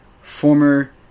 former